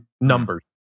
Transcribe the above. numbers